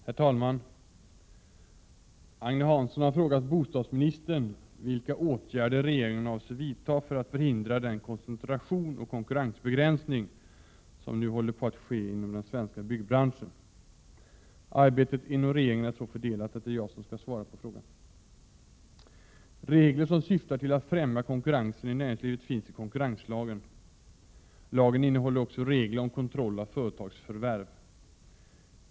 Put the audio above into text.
Herr talman! Agne Hansson har frågat bostadsministern vilka åtgärder regeringen avser vidta för att förhindra den koncentration och konkurrensbegränsning som nu håller på att ske inom den svenska byggbranschen. Arbetet inom regeringen är så fördelat att det är jag som skall svara på frågan. Regler som syftar till att främja konkurrensen i näringslivet finns i konkurrenslagen . Lagen innehåller också regler om kontroll av företagsförvärv.